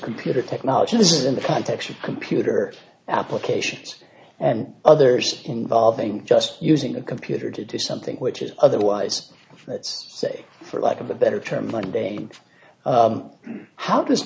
computer technology this is in the context of computer applications and others involving just using a computer to do something which is otherwise let's say for lack of a better term like being how does